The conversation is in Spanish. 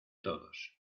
todos